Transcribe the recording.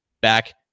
back